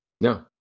No